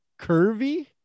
curvy